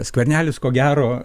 skvernelis ko gero